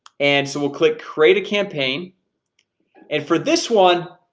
and so we'll click create a campaign and for this one,